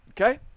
Okay